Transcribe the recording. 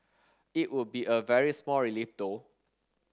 it would be a very small relief though